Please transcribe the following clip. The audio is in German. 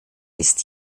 ist